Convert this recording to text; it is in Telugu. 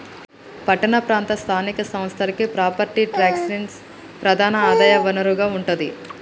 పట్టణ ప్రాంత స్థానిక సంస్థలకి ప్రాపర్టీ ట్యాక్సే ప్రధాన ఆదాయ వనరుగా ఉంటాది